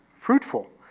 fruitful